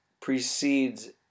precedes